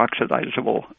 oxidizable